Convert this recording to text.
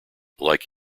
like